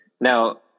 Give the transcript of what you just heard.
Now